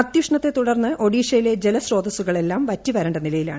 അത്യുഷ്ണത്തെ തുടർന്ന് ഒഡീഷയിലെ ജലസ്രോതസ്സുകൾ എല്ലാം വറ്റിവരണ്ട നിലയിലാണ്